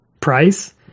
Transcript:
price